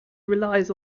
relies